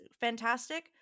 fantastic